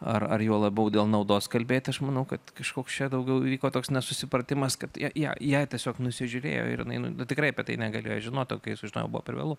ar ar juo labiau dėl naudos kalbėti aš manau kad kažkoks čia daugiau įvyko toks nesusipratimas kad jie ją ją tiesiog nusižiūrėjo ir jinai tikrai apie tai negalėjo žinot o kai sužinojo buvo per vėlu